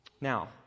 Now